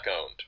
owned